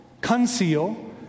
conceal